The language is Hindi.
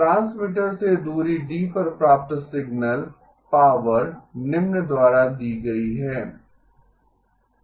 ट्रांसमीटर से दूरी d पर प्राप्त सिग्नल पावर निम्न द्वारा दी गई है Pr Pt ¿